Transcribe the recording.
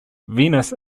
venus